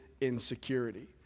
insecurity